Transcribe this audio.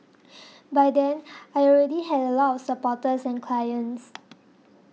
by then I already had a lot of supporters and clients